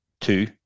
two